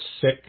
sick